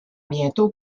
bientôt